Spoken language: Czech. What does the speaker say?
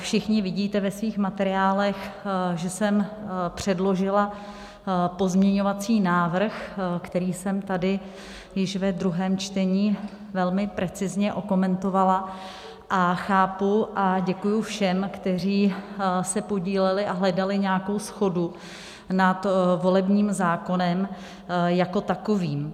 Všichni vidíte ve svých materiálech, že jsem předložila pozměňovací návrh, který jsem tady již ve druhém čtení velmi precizně okomentovala, a chápu a děkuji všem, kteří se podíleli a hledali nějakou shodu nad volebním zákonem jako takovým.